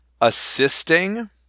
assisting